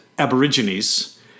Aborigines